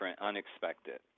unexpected